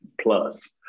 plus